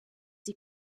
sie